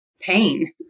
pain